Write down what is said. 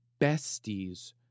besties